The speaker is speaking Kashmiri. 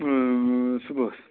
صُبحس